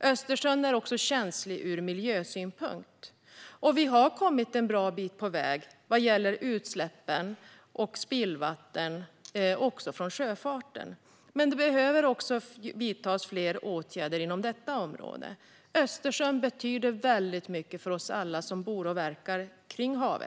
Östersjön är också känslig ur miljösynpunkt. Vi har kommit en bra bit på väg vad gäller utsläpp och spillvatten från sjöfarten, men det behöver vidtas fler åtgärder. Östersjön betyder mycket för alla oss som bor och verkar kring detta hav.